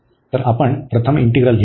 तर आपण प्रथम इंटीग्रल घेऊ